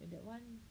eh that one